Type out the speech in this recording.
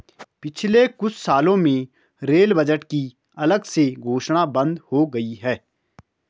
पिछले कुछ सालों में रेल बजट की अलग से घोषणा बंद हो गई है